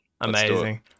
Amazing